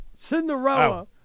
Cinderella